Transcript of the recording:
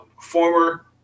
former